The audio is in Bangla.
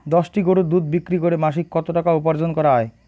দশটি গরুর দুধ বিক্রি করে মাসিক কত টাকা উপার্জন করা য়ায়?